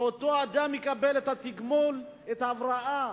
שאותו אדם יקבל את התגמול, את ההבראה.